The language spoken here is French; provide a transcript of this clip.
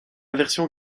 version